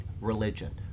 religion